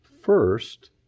first